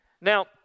Now